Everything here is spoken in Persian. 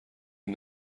این